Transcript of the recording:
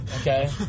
Okay